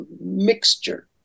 mixture